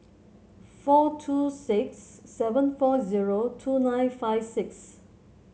four two six seven four zero two nine five six